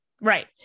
Right